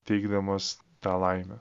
teikdamas tą laimę